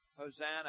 Hosanna